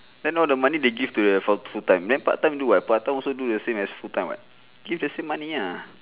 then all the money they give to the full full time then part time do what part time also do the same as full time [what] give the same money ah